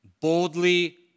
boldly